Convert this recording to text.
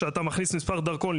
כשאתה מכניס מספר דרכון,